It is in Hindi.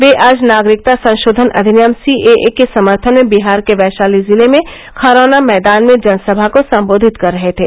वे आज नागरिकता संशोधन अधिनियम सीएए के समर्थन में बिहार के वैशाली जिले में खरौना मैदान में जनसभा को संबोधित कर रहे थे